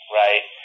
right